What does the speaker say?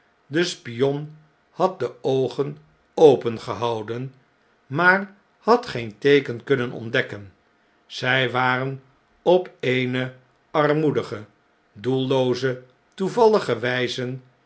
de spion had de oogen opengehouden maar had geen tee ken kunnen ontdekken zjj waren op eene armoedige doellooze toevallige wijze